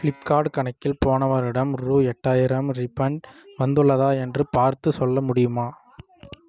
Flipkart கணக்கில் போன வருடம் ரூ எட்டாயிரம் ரீஃபண்ட் வந்துள்ளதா என்று பார்த்துச் சொல்ல முடியுமா